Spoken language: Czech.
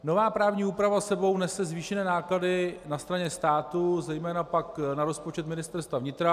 Nová právní úprava s sebou nese zvýšené náklady na straně státu, zejména pak na rozpočet Ministerstva vnitra.